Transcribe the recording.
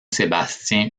sébastien